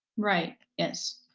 right, yes.